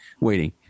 waiting